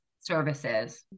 services